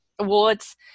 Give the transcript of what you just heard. awards